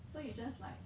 so you just like